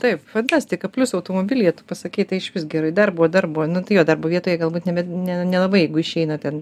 taip fantastika plius automobilyje tu pasakei tai išvis gerai darbo darbo nu tai jo darbo vietoje galbūt ne bet ne nelabai išeina ten